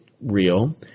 real